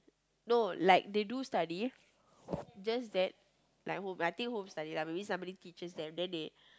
no like they do study just that like home I think home study lah like maybe somebody teaches them then they